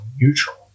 neutral